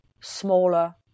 smaller